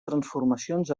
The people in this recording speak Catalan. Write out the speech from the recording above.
transformacions